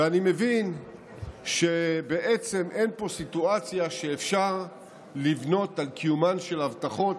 ואני מבין שבעצם אין פה סיטואציה שאפשר לבנות על קיומן של הבטחות,